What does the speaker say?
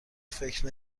فکر